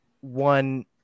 one